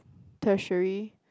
tertiary